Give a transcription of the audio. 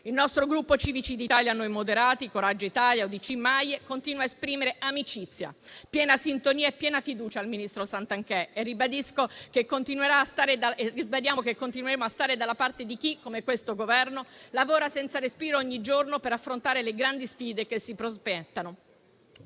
Il nostro Gruppo Civici d'Italia-Noi Moderati (UDC-Coraggio Italia-Noi con l'Italia-Italia al Centro)-MAIE continua a esprimere amicizia, piena sintonia e piena fiducia al ministro Santanchè. Ribadiamo che continueremo a stare dalla parte di chi, come questo Governo, lavora senza respiro, ogni giorno, per affrontare le grandi sfide che si prospettano